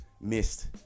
missed